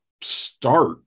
start